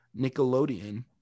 Nickelodeon